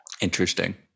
Interesting